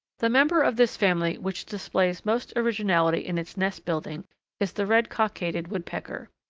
the member of this family which displays most originality in its nest building is the red-cockaded woodpecker.